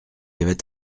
avait